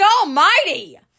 almighty